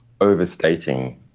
overstating